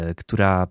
która